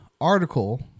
article